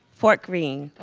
fort greene.